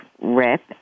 rep